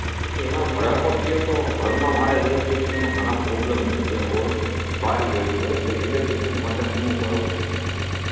એમાં ભડાકો થયો હતો ઘરમાં મારે ઇલેક્ટ્રિશિયનમાં ઘણા પ્રોબ્લેમ થઈ ગયા ઓલ બાળી મેલ્યું છે તો ઇલેક્ટ્રિશિયન માટે સમું કરાવવું હતું